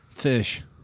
Fish